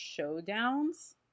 showdowns